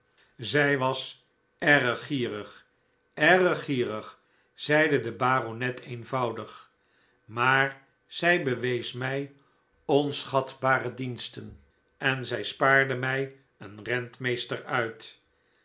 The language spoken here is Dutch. zij was erg gierig erg gierig zeide de baronet eenvoudig maar zij bewees mij onschatbare diensten en zij spaarde mij een rentmeester uit